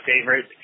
favorite